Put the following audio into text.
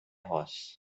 horse